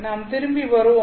நாம் திரும்பி வருவோம்